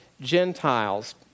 Gentiles